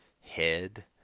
head